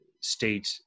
state